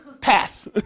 Pass